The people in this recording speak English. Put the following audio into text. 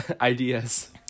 ideas